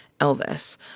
Elvis